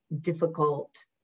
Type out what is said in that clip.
difficult